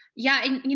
yeah, and you